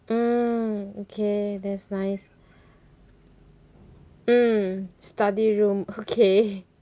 mm okay that's nice mm study room okay